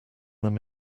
them